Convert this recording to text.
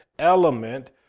element